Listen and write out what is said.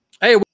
Hey